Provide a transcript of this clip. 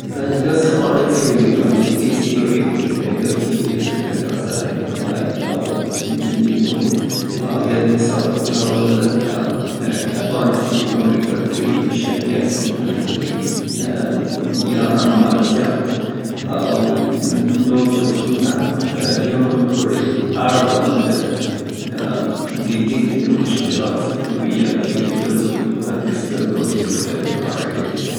هغه خواړه څې د سترګو لید ته وده ورکيي، لکه ګاذرې، سبزیجات لکه پالک څې پدې کې ليټین او زیکسانټ، زیک سانټین پکې زیات دي ، یا د کبانو غوړ، لکه سالمون چه اومیګا تري او اسیدي شحمونه لري.